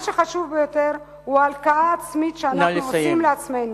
מה שחשוב ביותר הוא ההלקאה העצמית שאנחנו עושים לעצמנו.